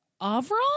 avril